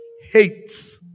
hates